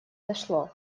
дошло